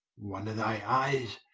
one of thy eyes,